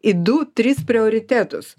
į du tris prioritetus